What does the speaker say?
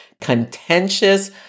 contentious